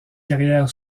carrière